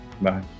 Bye